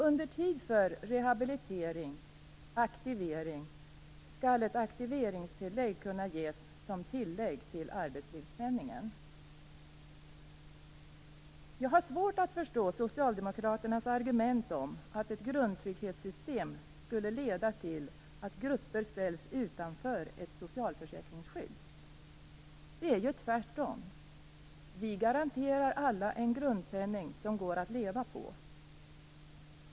Under tid för rehabilitering/aktivering skall ett aktiveringstillägg kunna ges som tillägg till arbetslivspenningen. Jag har svårt att förstå Socialdemokraternas argument om att ett grundtrygghetssystem skulle leda till att grupper ställs utanför ett socialförsäkringsskydd. Det är ju tvärtom: vi garanterar alla en grundpenning som det går att leva på.